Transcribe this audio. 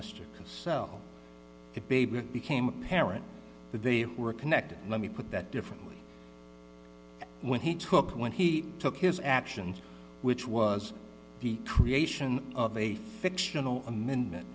went and mr sell the baby it became apparent that they were connected let me put that differently when he took when he took his actions which was the creation of a fictional amendment